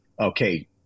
okay